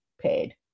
paid